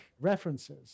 references